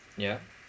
yeah